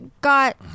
got